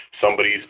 somebody's